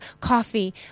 coffee